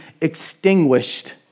extinguished